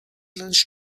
lunch